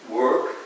work